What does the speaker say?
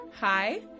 Hi